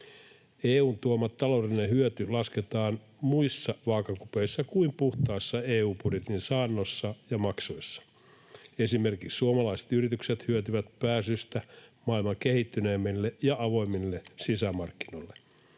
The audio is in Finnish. EU:n tuoma taloudellinen hyöty lasketaan muissa vaakakupeissa kuin puhtaassa EU-budjetin saannossa ja maksuissa. Esimerkiksi suomalaiset yritykset hyötyvät pääsystä maailman kehittyneimmille ja avoimimmille sisämarkkinoille.